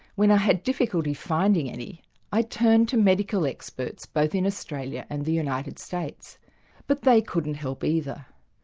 when i had difficulty finding any i turned to medical experts both in australia and the united states but they couldn't help either.